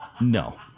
No